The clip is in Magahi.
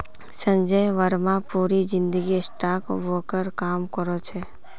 संजय बर्मा पूरी जिंदगी स्टॉक ब्रोकर काम करो छे